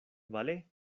vale